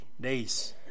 days